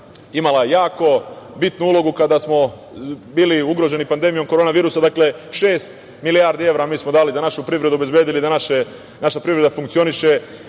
imala jako bitnu ulogu kada smo bili ugroženi pandemijom korona virusa, šest milijardi evra mi smo dali za našu privredu i obezbedili da naša privreda funkcioniše. Takođe